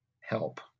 help